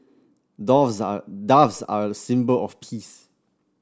are doves are a symbol of peace